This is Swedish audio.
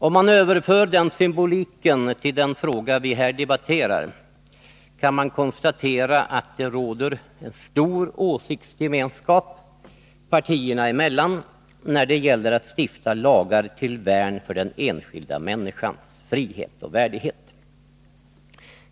Om man överför den symboliken till den fråga vi här debatterar, kan man konstera att det råder en stor åsiktsgemenskap partierna emellan när det gäller att stifta lagar till värn för den enskilda människans frihet och värdighet.